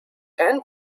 and